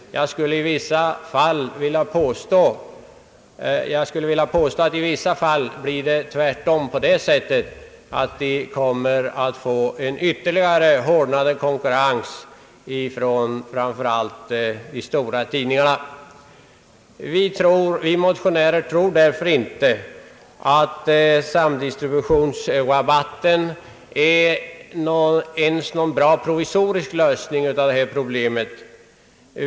Jag skulle vilja påstå att det i vissa fall tvärtom blir så att de kommer att få en ytterligare hårdnande konkurrens från framför allt de stora tidningarna. Vi motionärer tror därför inte att samdistributionsrabatten ens är någon bra provisorisk lösning av detta problem.